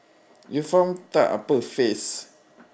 you faham tak apa phase